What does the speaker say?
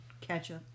Ketchup